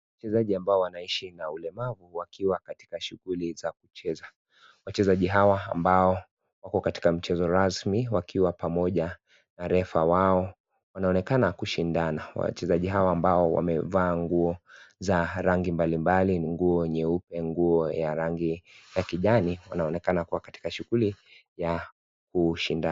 Wachezaji ambao wanaishi na ulemavu wakiwa katika shughuli za kucheza . Wachezaji hawa ambao wako katika mchezo rasmi wakiwa pamoja na refa wao wanonekana kushindana . Wachezaji hawa ambao wamevaa nguo za rangi mbalimbali nguo nyeupe , nguo ya rangi ya kijani wanaonekana kuwa katika shughuli ya kushinda.